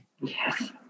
Yes